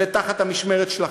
זה תחת המשמרת שלכם: